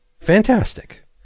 fantastic